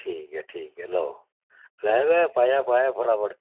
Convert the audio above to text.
ठीक ऐ ठीक ऐ लैओ लैं बै पायां पायां फटाफट